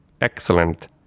excellent